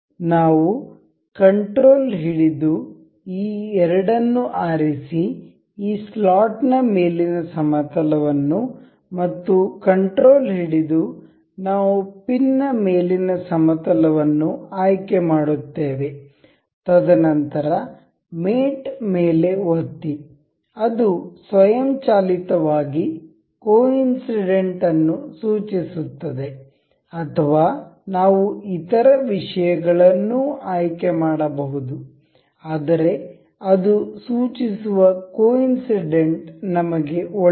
ನಾವು ಕಂಟ್ರೋಲ್ ಹಿಡಿದು ಈ ಎರಡನ್ನು ಆರಿಸಿ ಈ ಸ್ಲಾಟ್ ನ ಮೇಲಿನ ಸಮತಲ ವನ್ನು ಮತ್ತು ಕಂಟ್ರೋಲ್ ಹಿಡಿದು ನಾವು ಪಿನ್ ನ ಮೇಲಿನ ಸಮತಲ ವನ್ನು ಆಯ್ಕೆ ಮಾಡುತ್ತೇವೆ ತದನಂತರ ಮೇಟ್ ಮೇಲೆ ಒತ್ತಿ ಅದು ಸ್ವಯಂಚಾಲಿತವಾಗಿ ಕೊಇನ್ಸಿಡೆಂಟ್ ಅನ್ನು ಸೂಚಿಸುತ್ತದೆ ಅಥವಾ ನಾವು ಇತರ ವಿಷಯಗಳನ್ನೂ ಆಯ್ಕೆ ಮಾಡಬಹುದು ಆದರೆ ಅದು ಸೂಚಿಸುವ ಕೊಇನ್ಸಿಡೆಂಟ್ ನಮಗೆ ಒಳ್ಳೆಯದು